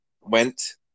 went